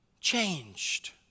changed